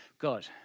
God